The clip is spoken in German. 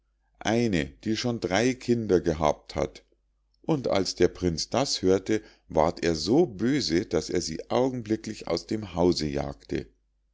eine die schon drei kinder gehabt hat und als der prinz das hörte ward er so böse daß er sie augenblicklich aus dem hause jagte